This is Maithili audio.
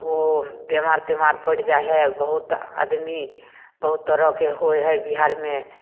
ओ बेमार तेमार पड़ि जाइ हइ बहुत आदमी बहुत तरहके होइ हइ बिहारमे